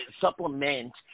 supplement